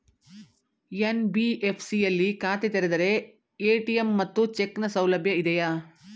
NBFC ಯಲ್ಲಿ ಖಾತೆ ತೆರೆದರೆ ಎ.ಟಿ.ಎಂ ಮತ್ತು ಚೆಕ್ ನ ಸೌಲಭ್ಯ ಇದೆಯಾ?